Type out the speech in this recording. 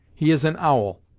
he is an owl,